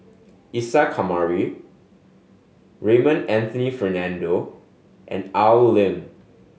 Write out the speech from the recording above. Isa Kamari Raymond Anthony Fernando and Al Lim